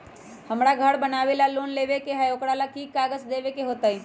हमरा घर बनाबे ला लोन लेबे के है, ओकरा ला कि कि काग़ज देबे के होयत?